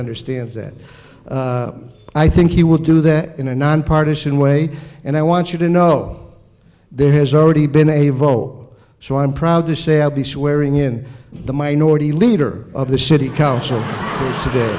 understands that i think he will do that in a nonpartisan way and i want you to know there has already been a vocal so i'm proud to say i'll be swearing in the minority leader of the city council today